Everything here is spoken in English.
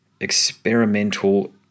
experimental